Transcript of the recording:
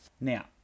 Now